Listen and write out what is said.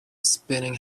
spinning